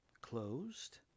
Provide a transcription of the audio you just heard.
closed